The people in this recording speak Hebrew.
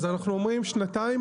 אז אנחנו אומרים שנתיים